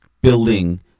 building